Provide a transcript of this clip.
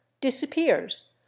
disappears